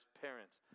parents